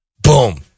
Boom